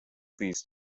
these